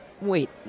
Wait